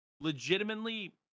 legitimately